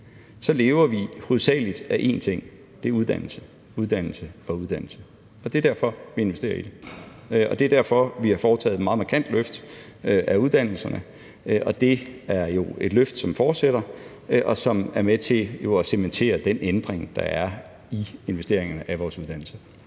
økonomi hovedsagelig lever af én ting, og det er uddannelse, uddannelse og uddannelse. Det er derfor, vi investerer i det, og det er derfor, vi har foretaget et meget markant løft af uddannelserne. Det er jo et løft, som fortsætter, og som er med til at cementere den ændring, der er, hvad angår investeringerne i vores uddannelser.